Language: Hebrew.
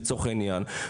לצורך העניין,